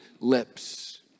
lips